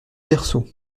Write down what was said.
berceaux